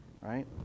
right